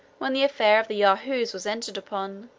when the affair of the yahoos was entered upon,